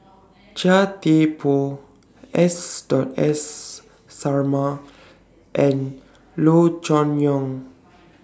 Chia Thye Poh S Dot S Sarma and Loo Choon Yong